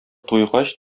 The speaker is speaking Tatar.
туйгач